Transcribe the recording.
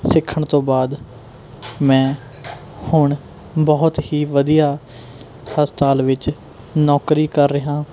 ਸਿੱਖਣ ਤੋਂ ਬਾਅਦ ਮੈਂ ਹੁਣ ਬਹੁਤ ਹੀ ਵਧੀਆ ਹਸਪਤਾਲ ਵਿੱਚ ਨੌਕਰੀ ਕਰ ਰਿਹਾ